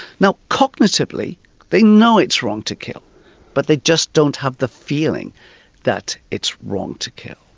now cognitively they know it's wrong to kill but they just don't have the feeling that it's wrong to kill.